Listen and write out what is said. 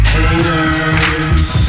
Haters